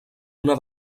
una